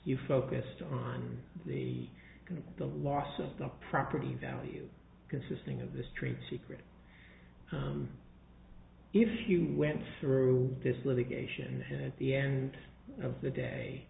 you focused on the the loss of the property value consisting of the street secret if you went through this litigation at the end of the day